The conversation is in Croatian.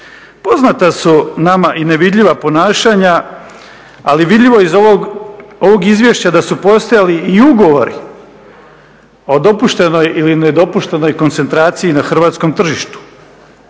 Poznata su nama i nevidljiva ponašanja, ali vidljivo je iz ovog izvješća da su postojali i ugovori o dopuštenoj ili nedopuštenoj koncentraciji na hrvatskom tržištu.